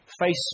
Face